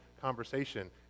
conversation